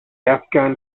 afghan